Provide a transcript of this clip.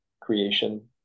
creation